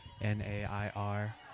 n-a-i-r